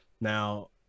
Now